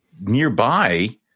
nearby